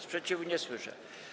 Sprzeciwu nie słyszę.